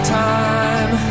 time